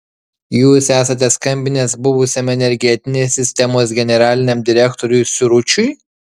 jūs esate skambinęs buvusiam energetinės sistemos generaliniam direktoriui siručiui